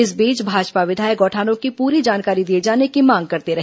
इस बीच भाजपा विधायक गोठानों की पूरी जानकारी दिए जाने की मांग करते रहे